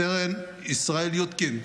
סרן ישראל יודקין,